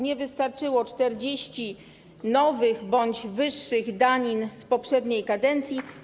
Nie wystarczyło 40 nowych bądź wyższych danin z poprzedniej kadencji.